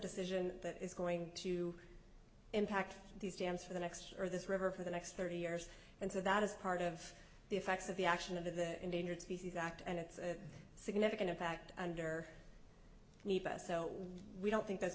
decision that is going to impact these dams for the next or this river for the next thirty years and so that is part of the effects of the action of the endangered species act and it's a significant impact under need us so we don't think there's